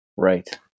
Right